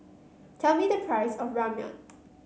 tell me the price of Ramyeon